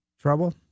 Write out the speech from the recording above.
trouble